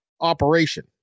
operation